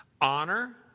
honor